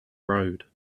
road